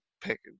pick